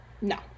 No